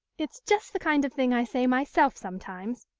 it's just the kind of thing i say myself sometimes.